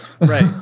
right